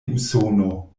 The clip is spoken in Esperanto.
usono